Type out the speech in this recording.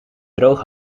droge